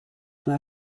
dans